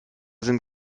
sind